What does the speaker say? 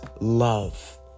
love